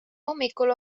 hommikul